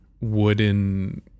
wooden